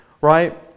right